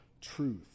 truth